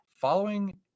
Following